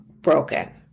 broken